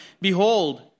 Behold